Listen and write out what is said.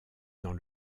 dans